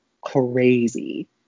crazy